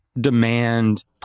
demand